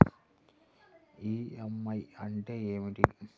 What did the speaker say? EMI అంటే ఏమిటి?